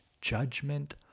judgment